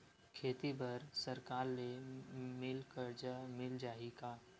खेती बर सरकार ले मिल कर्जा मिल जाहि का?